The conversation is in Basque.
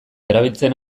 erabiltzen